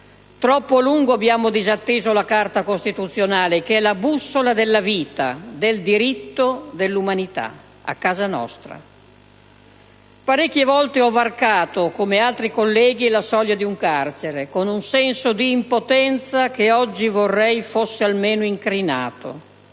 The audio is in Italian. Troppo a lungo abbiamo disatteso la Carta costituzionale, che è la bussola della vita, del diritto, dell'umanità, a casa nostra. Parecchie volte ho varcato, come altri colleghi, la soglia di un carcere con un senso di impotenza che oggi vorrei fosse almeno incrinato.